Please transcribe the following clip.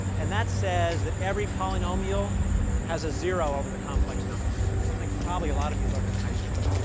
and that says that every polynomial has a zero over the complex numbers something probably a lot of you learned in high school.